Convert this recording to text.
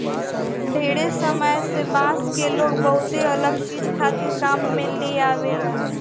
ढेरे समय से बांस के लोग बहुते अलग चीज खातिर काम में लेआवेला